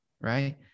right